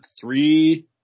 three